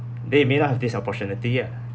they may not have this opportunity here